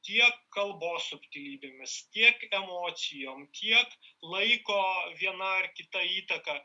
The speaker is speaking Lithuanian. tiek kalbos subtilybėmis tiek emocijom tiek laiko viena ar kita įtaka